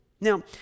Now